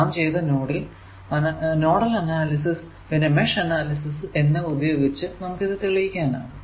നാം ചെയ്ത nodal analysis പിന്നെ മെഷ് അനാലിസിസ് എന്നിവ ഉപയോഗിച്ച് നമുക്ക് ഇത് തെളിയിക്കാനാകും